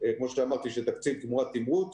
כמו שאמרתי, של תקציב תמורת תמרוץ.